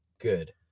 good